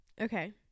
Okay